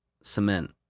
Cement